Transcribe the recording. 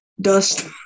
dust